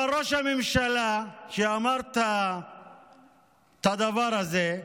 אבל ראש הממשלה, שאמר את הדבר הזה,